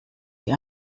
wie